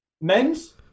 men's